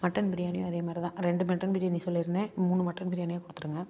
mutton பிரியாணியும் அதே மாதிரிதான் ரெண்டு மட்டன் பிரியாணி சொல்லியிருந்தேன் மூணு மட்டன் பிரியாணியாக கொடுத்துடுங்க